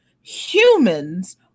humans